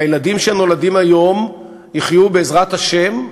והילדים שנולדים היום יחיו, בעזרת השם,